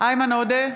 איימן עודה,